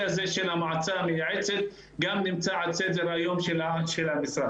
הזה של המועצה המייעצת גם נמצא על סדר היום של המשרד.